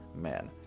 men